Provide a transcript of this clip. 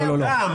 לא, לא.